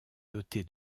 doté